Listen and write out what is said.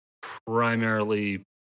primarily